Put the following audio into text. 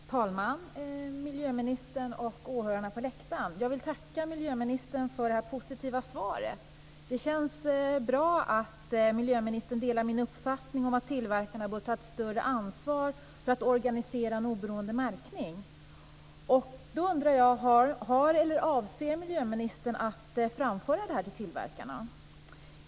Fru talman! Miljöministern och åhörarna på läktaren! Jag vill tacka miljöministern för detta positiva svar. Det känns bra att miljöministern delar min uppfattning om att tillverkarna bör ta ett större ansvar för att organisera en oberoende märkning. Då undrar jag om miljöministern har framfört eller avser att framföra detta till tillverkarna.